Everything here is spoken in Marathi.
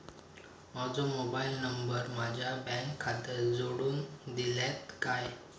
माजो मोबाईल नंबर माझ्या बँक खात्याक जोडून दितल्यात काय?